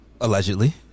Allegedly